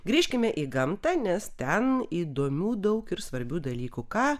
grįžkime į gamtą nes ten įdomių daug ir svarbių dalykų ką